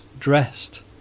dressed